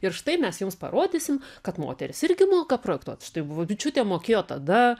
ir štai mes jums parodysim kad moterys irgi moka projektuot štai buvo bučiūtė mokėjo tada